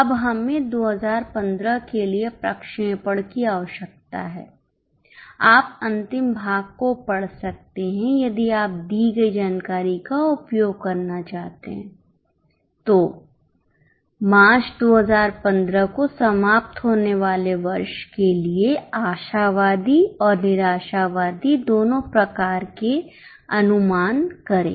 अब हमें 2015 के लिए प्रक्षेपण की आवश्यकता है आप अंतिम भाग को पढ़ सकते हैं यदि आप दी गई जानकारी का उपयोग करना चाहते हैं तो मार्च 2015 को समाप्त होने वाले वर्ष के लिए आशावादी और निराशावादी दोनों प्रकार के अनुमान करें